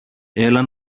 έλα